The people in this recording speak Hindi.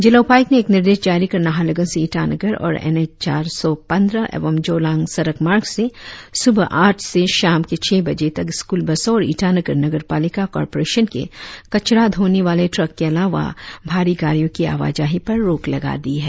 जिला उपायुक्त ने एक निर्देश जारी कर नाहरलगुन से ईटानगर और एन एच चार सौ पंद्रह एवं जोलांग सड़क मार्ग से सुबह आठ से शाम के छह बजे तक स्कूल बसो और ईटानगर नगरपालिका कॉरपोरेशन के कचरा धोने वाले ट्रक के अलावा भारी गाड़ियों की आवाजाही पर रोक लगा दी है